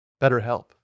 BetterHelp